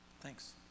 Thanks